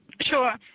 Sure